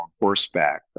horseback